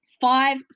five